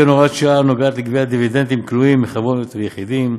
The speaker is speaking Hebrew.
וכן מהוראת שעה הנוגעת לגביית דיבידנדים כלואים מחברות יחידים.